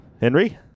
Henry